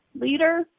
leader